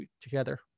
together